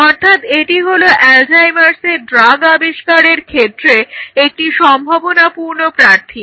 অর্থাৎ এটি হলো অ্যালজাইমার্সের Alzheimers ড্রাগ আবিষ্কারের ক্ষেত্রে একটি সম্ভাবনাপূর্ণ প্রার্থী